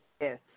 yes